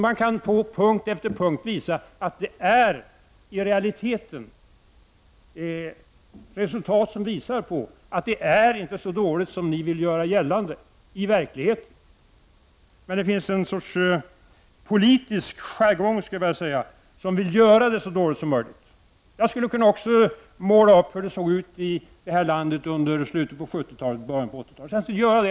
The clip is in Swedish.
Man kan på punkt efter punkt visa att det i realiteten finns resultat som visar på att det i verkligheten inte är så dåligt som ni vill göra gällande. Det finns dock en sorts politisk jargong som vill framställa det så dåligt som möjligt. Jag skulle också kunna måla upp hur det såg ut i detta land under slutet av 70-talet och början av 80-talet, men det skall jag inte göra.